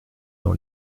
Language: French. dans